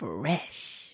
Fresh